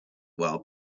while